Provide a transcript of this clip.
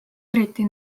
eriti